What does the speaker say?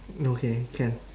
okay can